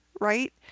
right